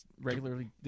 regularly